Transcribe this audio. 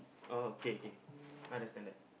oh okay okay understand that